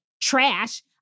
trash